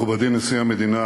מכובדי נשיא המדינה